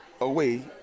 away